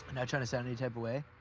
not trying to sound any type of way,